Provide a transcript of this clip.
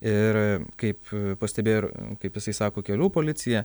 ir kaip pastebėjo ir kaip jisai sako kelių policija